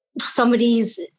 somebody's